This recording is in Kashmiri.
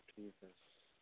ٹھیٖک حَظ